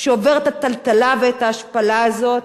שעובר את הטלטלה ואת ההשפלה הזאת?